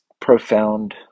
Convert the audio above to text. profound